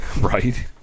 Right